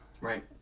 Right